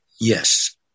Yes